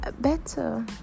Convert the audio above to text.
better